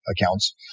accounts